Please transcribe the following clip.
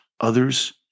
others